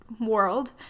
world